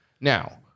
Now